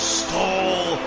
stole